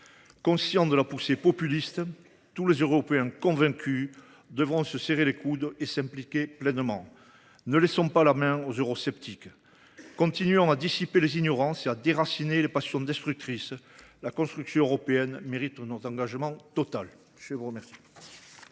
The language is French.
Conscients de la poussée populiste, tous les Européens convaincus devront se serrer les coudes et s’impliquer pleinement. Ne laissons pas la main aux eurosceptiques. Continuons à dissiper les ignorances et à déraciner les passions destructrices. La construction européenne mérite notre engagement total